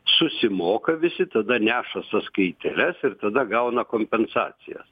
susimoka visi tada nešas sąskaitėles ir tada gauna kompensacijas